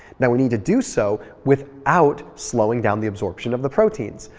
now we need to do so without slowing down the absorption of the proteins.